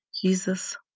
Jesus